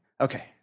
Okay